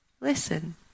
Listen